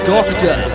Doctor